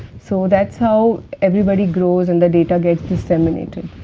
so that is how everybody grows and the data gets disseminated.